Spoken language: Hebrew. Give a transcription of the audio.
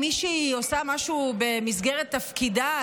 אם מישהי עושה משהו במסגרת תפקידה,